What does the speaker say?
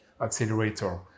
accelerator